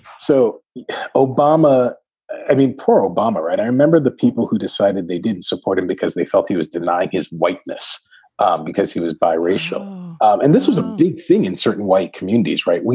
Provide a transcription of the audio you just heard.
so obama i mean, poor obama. right. i remember the people who decided they didn't support him because they felt he was denying his whiteness um because he was biracial. and this was a big thing in certain white communities. right.